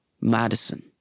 Madison